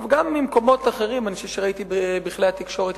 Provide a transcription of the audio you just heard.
גם ממקומות אחרים, אני חושב שראיתי בכלי התקשורת